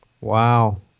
Wow